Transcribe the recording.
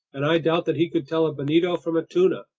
and i doubt that he could tell a bonito from a tuna.